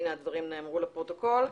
הנה, הדברים נאמרו לפרוטוקול.